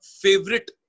favorite